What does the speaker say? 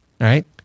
right